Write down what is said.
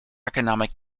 economic